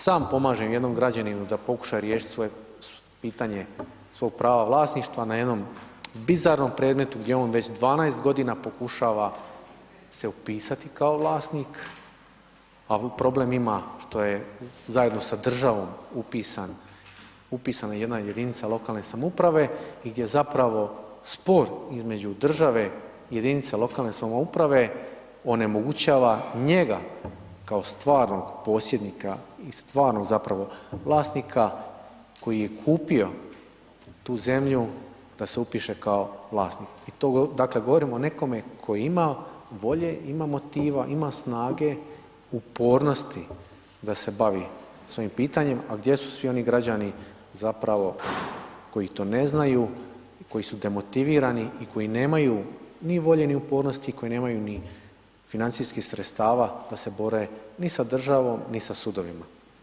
Sam pomažem jednom građaninu da pokuša riješiti svoje pitanje svog prava vlasništva na jednom bizarnom predmetu gdje on već 12 g. pokušava se upisati kao vlasnika a problem ima što zajedno sa državom upisana jedna jedinica lokalne samouprave i gdje zapravo spor između država i jedinice lokalne samouprave onemogućava njega kao stvarnog posjednika i stvarnog zapravo vlasnika koji je kupio tu zemlju, da se upiše kao vlasnik i to govorim dakle o nekom tko ima volje, ima motiva, snage, ima upornosti da se bavi s ovim pitanjem a gdje su svi oni građani zapravo koji to ne znaju i koji su demotivirani i koji nemaju ni volje ni upornosti i koji nemaju ni financijskih sredstava da se bore ni sa državom ni sa sudovima.